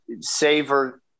savor